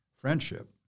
Friendship